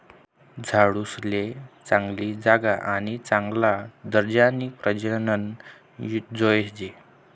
झाडूसले चांगली जागा आणि चांगला दर्जानी प्रजनन जोयजे